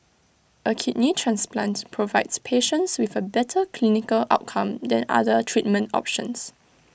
A kidney transplant provides patients with A better clinical outcome than other treatment options